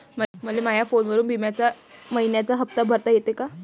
मले माया फोनवरून बिम्याचा मइन्याचा हप्ता भरता येते का?